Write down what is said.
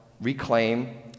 reclaim